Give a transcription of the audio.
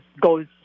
goes